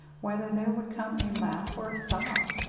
whether there would come a laugh or a sob.